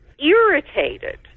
irritated